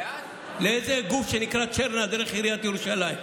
לאיזה גוף שנקרא צ'רנה, דרך עיריית ירושלים.